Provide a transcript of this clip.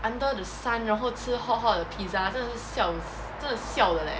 under the sun 然后吃 hot hot 的 pizza 真的是 siao 真的是 siao 的 leh